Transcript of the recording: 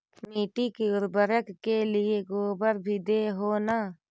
मिट्टी के उर्बरक के लिये गोबर भी दे हो न?